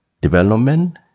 development